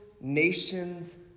nations